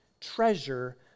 treasure